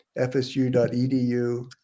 fsu.edu